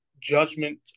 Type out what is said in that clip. judgment